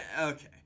Okay